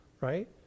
Right